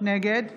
נגד